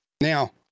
Now